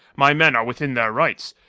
my men are within their rights,